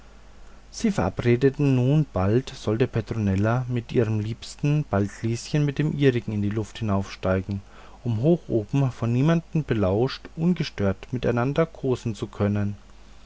sie verabredeten nun bald sollte petronella mit ihrem liebsten bald lieschen mit dem ihrigen in die luft hinaufsteigen um hoch oben von niemand belauscht ungestört miteinander kosen zu können